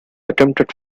attempted